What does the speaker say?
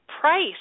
Price